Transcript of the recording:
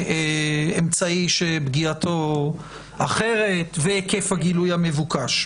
אמצעי שפגיעתו אחרת והיקף הגילוי המבוקש.